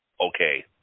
okay